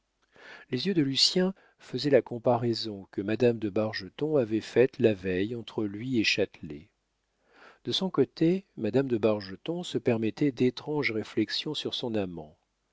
les yeux de lucien faisaient la comparaison que madame de bargeton avait faite la veille entre lui et châtelet de son côté madame de bargeton se permettait d'étranges réflexions sur son amant